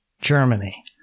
Germany